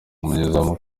umunyezamu